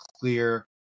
clear